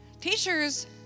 Teachers